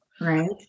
right